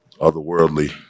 otherworldly